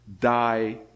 die